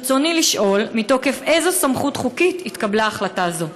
ברצוני לשאול: מתוקף איזו סמכות חוקית התקבלה החלטה זו?